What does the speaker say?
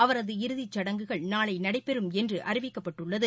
அவரது இறுதிச் சடங்குகள் நாளை நடைபெறும் என்று அறிவிக்கப்பட்டுள்ளது